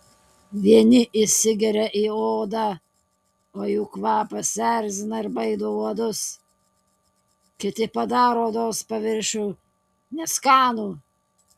vieni įsigeria į odą o jų kvapas erzina ir baido uodus kiti padaro odos paviršių neskanų